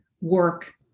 work